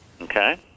okay